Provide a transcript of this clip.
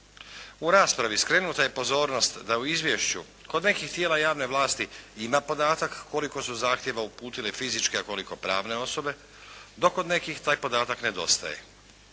U raspravi skrenuta je pozornost da u izvješću kod nekih tijela javne vlasti i na podatak koliko su zahtjeva uputile fizičke, a koliko pravne osobe, dok kod nekih taj podatak nedostaje.